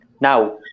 Now